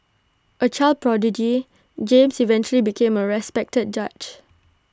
A child prodigy James eventually became A respected judge